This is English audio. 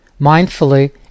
mindfully